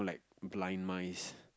blind mice